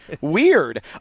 Weird